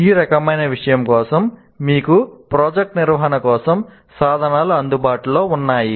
ఈ రకమైన విషయం కోసం మీకు ప్రాజెక్ట్ నిర్వహణ కోసం సాధనాలు అందుబాటులో ఉన్నాయి